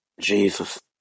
Jesus